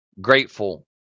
grateful